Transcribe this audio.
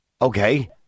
Okay